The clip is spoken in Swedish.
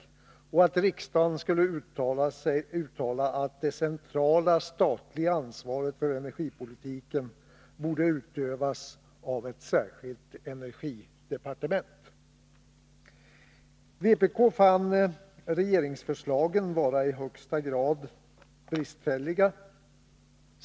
Vi yrkade att riksdagen skulle uttala att det centrala statliga ansvaret för energipolitiken borde utövas av ett särskilt energidepartement. Vpk fann regeringsförslagen vara i hög grad bristfälliga.